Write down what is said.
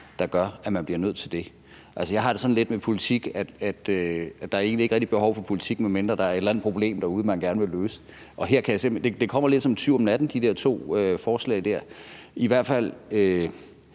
der gør, at man bliver nødt til det. Altså, jeg har det sådan lidt med politik, at der egentlig ikke rigtig er behov for politik, medmindre der er et eller andet problem derude, man gerne vil løse. Og de der to forslag kommer lidt som en tyv om natten, i hvert fald